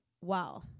Wow